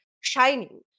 shining